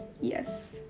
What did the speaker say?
yes